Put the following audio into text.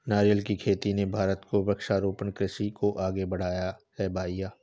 नारियल की खेती ने भारत को वृक्षारोपण कृषि को आगे बढ़ाया है भईया